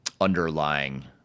underlying